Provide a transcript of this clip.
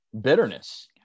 bitterness